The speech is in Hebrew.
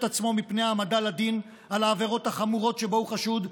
עצמו מפני העמדה לדין על העבירות החמורות שבהן הוא חשוד,